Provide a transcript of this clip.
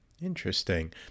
Interesting